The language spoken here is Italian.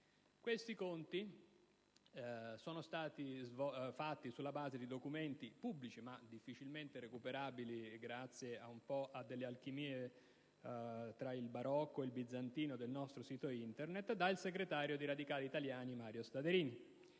Questi conti sono stati effettuati sulla base di documenti pubblici, difficilmente recuperabili grazie ad alchimie tra il barocco e il bizantino del nostro sito Internet, dal segretario dei radicali italiani Mario Staderini,